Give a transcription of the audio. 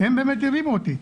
הם אלה שהרימו אותי.